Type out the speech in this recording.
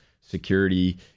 security